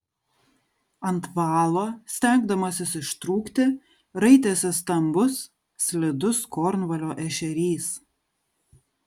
ant valo stengdamasis ištrūkti raitėsi stambus slidus kornvalio ešerys